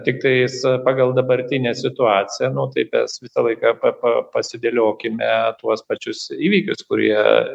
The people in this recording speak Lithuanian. tiktais e pagal dabartinę situaciją nu taip mes visą laiką pa pa pasi dėliokime tuos pačius įvykius kurie